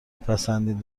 میپسندین